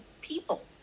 people